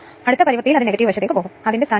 അതിനാൽ ഇത് യഥാർത്ഥത്തിൽ 6